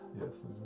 Yes